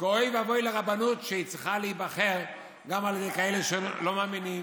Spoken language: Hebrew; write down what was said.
כי אוי ואבוי לרבנות שהיא צריכה להיבחר גם על ידי כאלה שלא מאמינים,